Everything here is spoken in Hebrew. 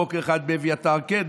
בוקר אחד באביתר כן,